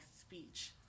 speech